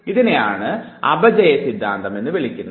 ഇതിനെയാണ് അപചയ സിദ്ധാന്തം എന്ന് വിളിക്കുന്നത്